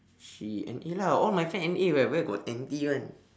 she N_A lah all my friend N_A [what] where got N_T [one]